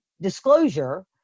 disclosure